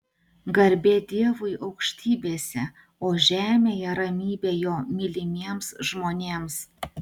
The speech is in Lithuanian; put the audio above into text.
garbė dievui aukštybėse o žemėje ramybė jo mylimiems žmonėms